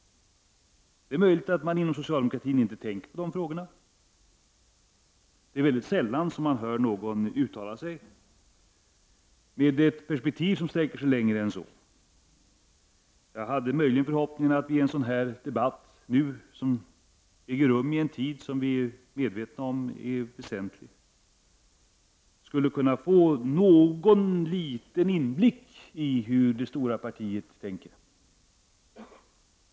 Det är möjligt att man inom socialdemokratin inte tänker på de frågorna. Det är sällan vi hör någon därifrån uttala sig med ett perspektiv som sträcker sig längre än till 1993. Jag hade möjligen förhoppningen att vi i en sådan här debatt, som äger rum i en tid som är väsentlig — det är vi medvetna om — skulle kunna få någon liten inblick i hur det stora partiet tänker.